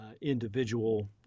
individual